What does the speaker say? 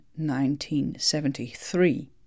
1973